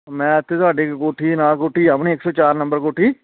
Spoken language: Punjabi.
ਮੈਂ ਇੱਥੇ ਤੁਹਾਡੀ ਕੋਠੀ ਨਾਲ ਕੋਠੀ ਆ ਆਪਣੀ ਇਕ ਸੌ ਚਾਰ ਨੰਬਰ ਕੋਠੀ